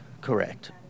Correct